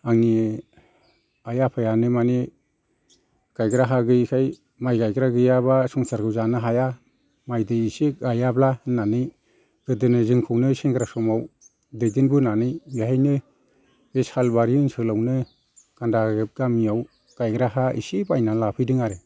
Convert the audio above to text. आंनि आइ आफायानो मानि गायग्रा हा गैयैखाय माइ गायग्रा गैयाब्ला संसारखौ जानो हाया माइ दै एसे गायाब्ला होननानै गोदोनो जोंखौनो सेंग्रा समाव दैदेनबोनानै बेहायनो बे सालबारि ओनसोलावनो गानदा गागेब गामियाव गायग्रा हा एसे बायनानै लाफैदों आरो